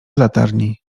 latarni